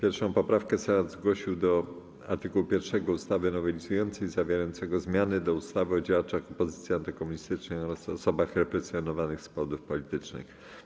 1. poprawkę Senat zgłosił do art. 1 ustawy nowelizującej zawierającego zmiany do ustawy o działaczach opozycji antykomunistycznej oraz osobach represjonowanych z powodów politycznych.